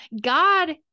God